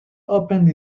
opened